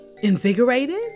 Invigorated